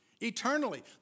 eternally